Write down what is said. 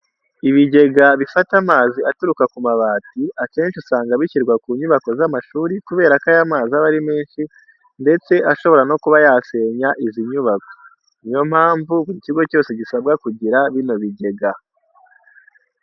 Ibigega bifata amazi aturuka ku mabati akenshi usanga bishyirwa ku nyubako z'amashuri kubera ko aya mazi aba ari menshi ndetse ashobora no kuba yasenya izi nyubako. Ni yo mpamvu buri kigo cyose gisabwa kugira bino bigega.